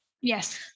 Yes